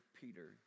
Peter